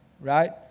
right